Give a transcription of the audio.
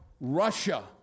Russia